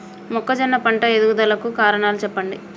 మొక్కజొన్న పంట ఎదుగుదల కు కారణాలు చెప్పండి?